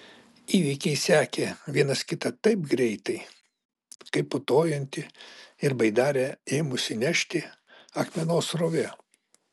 įvykiai sekė vienas kitą taip greitai kaip putojanti ir baidarę ėmusi nešti akmenos srovė